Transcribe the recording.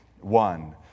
one